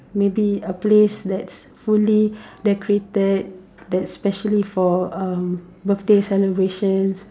maybe a place that's fully decorated that's specially for um birthday celebrations